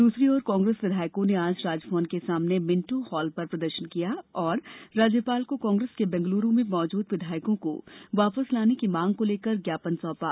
दूसरी ओर कांग्रेस विधायकों ने आज राजभवन के सामने मिंटो हॉल पर प्रदर्शन किया और राज्यपाल को कांग्रेस के बैंगलुरू में मौजूद विधायकों को वापस लाने की मांग को लेकर ज्ञापन सौंपा